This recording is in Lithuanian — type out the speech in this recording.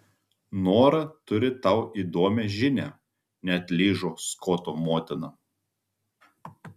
nora turi tau įdomią žinią neatlyžo skoto motina